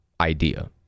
idea